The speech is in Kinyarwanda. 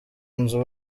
nzu